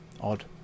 odd